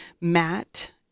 Matt